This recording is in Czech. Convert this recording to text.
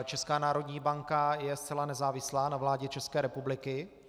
Česká národní banka je zcela nezávislá na vládě České republiky.